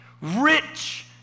rich